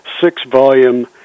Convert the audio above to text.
six-volume